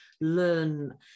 learn